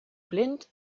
blind